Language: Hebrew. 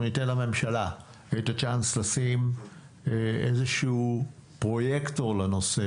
אנחנו ניתן לממשלה את הצ'אנס לשים איזשהו פרויקטור לנושא,